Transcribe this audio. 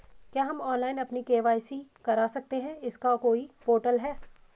क्या हम ऑनलाइन अपनी के.वाई.सी करा सकते हैं इसका कोई पोर्टल है?